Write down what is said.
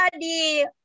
di